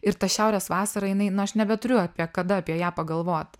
ir ta šiaurės vasara jinai nu aš nebeturiu apie kada apie ją pagalvot